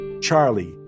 Charlie